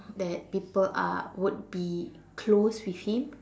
that people are would be close with him